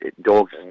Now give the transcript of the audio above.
dogs